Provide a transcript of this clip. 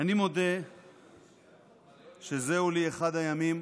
אני מודה שזהו לי אחד הימים